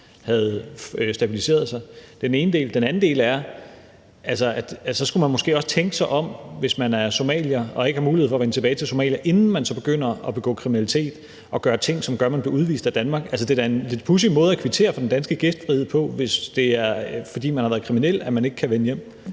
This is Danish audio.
er den ene del. Den andel del er, at man måske også skal tænke sig om, hvis man er somalier og ikke har mulighed for at vende tilbage til Somalia, inden man begynder at begå kriminalitet og gøre ting, som gør, at man bliver udvist af Danmark. Altså, det er da en pudsig måde at kvittere for den danske gæstfrihed på, hvis det er, fordi man har været kriminel, at man ikke kan vende hjem;